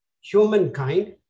humankind